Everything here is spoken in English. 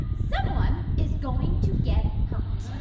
someone is going to get hurt